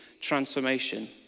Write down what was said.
transformation